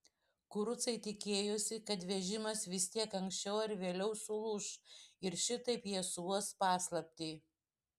kurucai tikėjosi kad vežimas vis tiek anksčiau ar vėliau sulūš ir šitaip jie suuos paslaptį